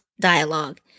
dialogue